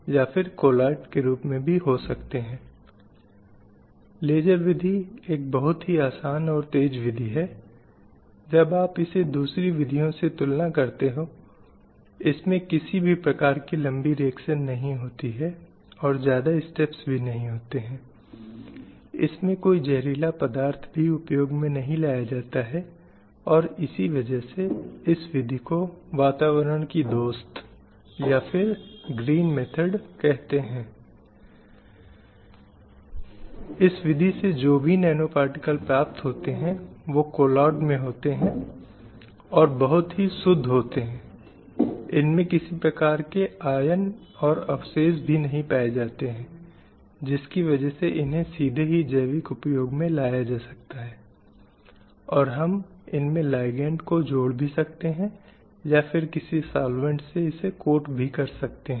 उनके पास इतनी ताकत नहीं है उनके पास इतनी क्षमता नहीं है और कभी कभी यह कहने की सीमा तक भी जाता है उनके पास काम की कुछ श्रेणियों को निष्पादित करने के लिए बहुत अधिक बुद्धि नहीं है इसलिए शायद एक उदाहरण के रूप में अगर कोई शारीरिक रूप से थका देने वाली नौकरियों में देखें तो श्रमसाध्य कार्यों या शारीरिक नौकरियों में यह हमेशा महसूस किया जाता है कि महिलाओं को उन नौकरियों से छोड़ दिया जाना चाहिए क्योंकि उनमें इन आवश्यकताओं का सामना करने की क्षमता नहीं है यह पुरुषों के लिए अधिक है जो स्वभाव से मेहनती हैं परिश्रमी हैं आक्रामक हैं हावी हैं और यहां तक कि तर्कसंगत भी हैं और इसलिए वे बेहतर हो सकते हैं या वे कुछ प्रकार की गतिविधियों में बेहतर कर सकते हैं